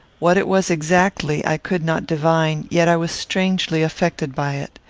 what it was exactly i could not divine, yet i was strangely affected by it.